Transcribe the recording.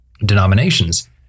denominations